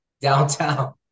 downtown